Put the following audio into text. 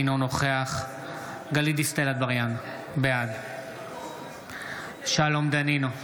אינו נוכח גלית דיסטל אטבריאן, בעד שלום דנינו,